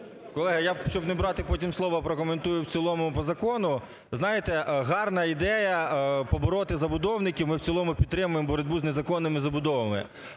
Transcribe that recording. Колеги, я, щоб не брати потім слово, прокоментую в цілому по закону. Знаєте, гарна ідея побороти забудовників, ми в цілому їх підтримуємо, боротьбу з незаконними забудовами.